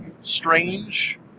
strange